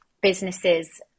businesses